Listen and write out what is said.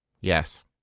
Yes